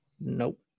Nope